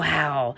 Wow